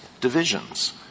divisions